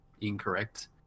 incorrect